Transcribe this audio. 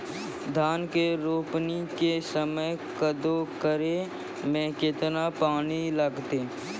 धान के रोपणी के समय कदौ करै मे केतना पानी लागतै?